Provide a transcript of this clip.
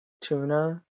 tuna